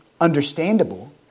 understandable